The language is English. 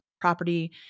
property